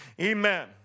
Amen